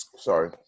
Sorry